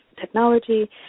technology